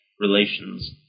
relations